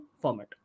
Format